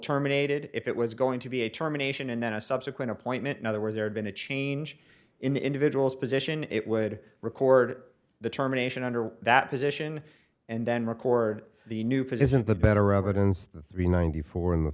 terminated if it was going to be a termination and then a subsequent appointment another where there had been a change in the individual's position it would record the terminations under that position and then record the new position the better evidence the three ninety four and the